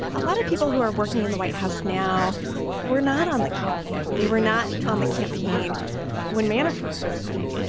a lot of people who are working in the white house now were not on the campaign. they were not on the campaign when manafort was running it.